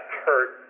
hurt